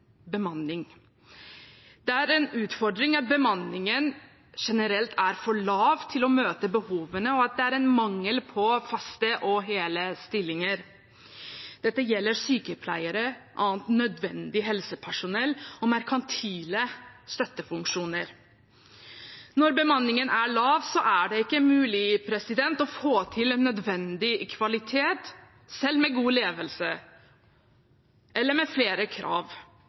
bemanning. Det er en utfordring at bemanningen generelt er for lav til å møte behovene, og at det er mangel på faste og hele stillinger. Dette gjelder sykepleiere, annet nødvendig helsepersonell og merkantile støttefunksjoner. Når bemanningen er lav, er det ikke mulig å få til den nødvendige kvaliteten, selv med god ledelse eller med flere krav.